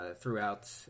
throughout